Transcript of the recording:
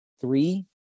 three